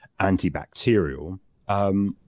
antibacterial